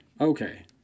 okay